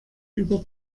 über